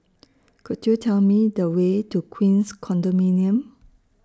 Could YOU Tell Me The Way to Queens Condominium